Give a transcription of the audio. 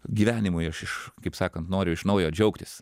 gyvenimui aš iš kaip sakant noriu iš naujo džiaugtis